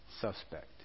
suspect